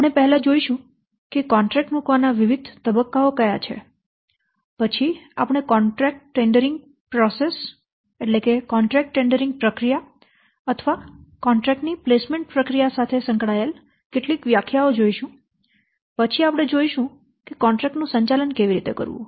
આપણે પહેલા જોઈશું કે કોન્ટ્રેક્ટ મૂકવાના વિવિધ તબક્કાઓ કયા છે પછી આપણે કોન્ટ્રેક્ટ ટેન્ડરિંગ પ્રક્રિયા અથવા કોન્ટ્રેક્ટ ની પ્લેસમેન્ટ પ્રક્રિયા સાથે સંકળાયેલ કેટલીક વ્યાખ્યાઓ જોઈશું પછી આપણે જોઈશું કે કોન્ટ્રેક્ટ નું સંચાલન કેવી રીતે કરવું